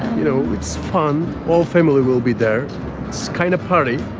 you know it's fun. all family will be there it's kinda party!